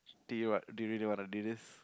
do you what do you really wanna do this